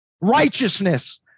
Righteousness